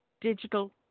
digital